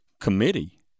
committee